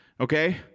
okay